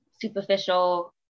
superficial